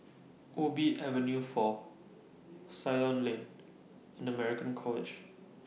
Ubi Avenue four Ceylon Lane and American College